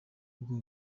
bw’u